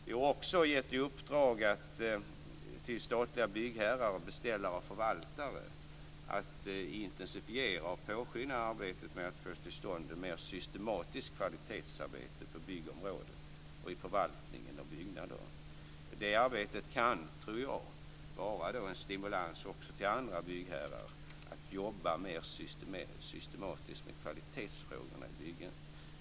Vi har också gett i uppdrag till statliga byggherrar, beställare och förvaltare att intensifiera och påskynda arbetet med att få till stånd ett mer systematiskt kvalitetsarbete på byggområdet, i förvaltningen och byggnader. Detta arbete tror jag kan vara en stimulans också till andra byggherrar att jobba mer systematiskt med kvalitetsfrågorna i byggandet.